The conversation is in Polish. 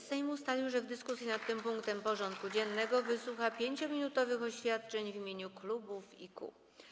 Sejm ustalił, że w dyskusji nad tym punktem porządku dziennego wysłucha 5-minutowych oświadczeń w imieniu klubów i kół.